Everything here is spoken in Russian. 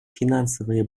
финансовое